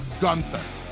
Gunther